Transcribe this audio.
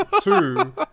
Two